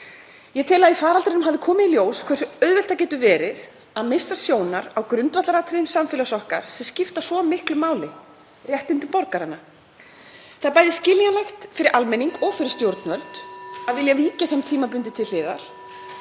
Ég tel að í faraldrinum hafi komið í ljós hversu auðvelt það getur verið að missa sjónar á grundvallaratriðum samfélags okkar sem skipta svo miklu máli, réttindum borgaranna. Það er bæði skiljanlegt fyrir almenning (Forseti hringir.) og fyrir stjórnvöld að vilja víkja þeim tímabundið til hliðar